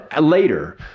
later